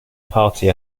party